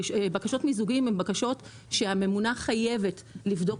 בקשות מיזוגים הן בקשות שהממונה חייבת לבדוק